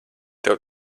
tev